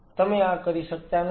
તમે આ કરી શકતા નથી